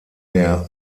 der